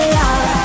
love